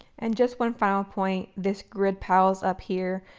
and just one final point, this grid pals up here,